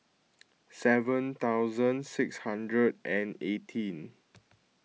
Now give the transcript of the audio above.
seven thousand six hundred and eighteen